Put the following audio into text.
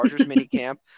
minicamp